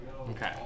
okay